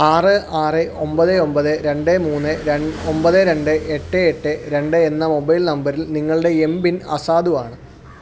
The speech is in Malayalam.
ആറ് ആറ് ഒമ്പത് ഒമ്പത് രണ്ട് മൂന്ന് ര ഒമ്പത് രണ്ട് എട്ട് എട്ട് രണ്ട് എന്ന മൊബൈൽ നമ്പറിന് നിങ്ങളുടെ എംപിൻ അസാധുവാണ്